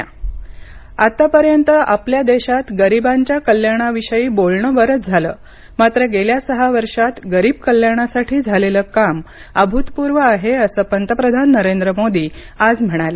पंतप्रधान स्वनिधी योजना आतापर्यंत आपल्या देशात गरीबांच्या कल्याणाविषयी बोलणं बरंच झालं मात्र गेल्या सहा वर्षात गरीब कल्याणासाठी झालेलं काम अभूतपूर्व आहे असं पंतप्रधान नरेंद्र मोदी आज म्हणाले